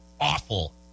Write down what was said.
awful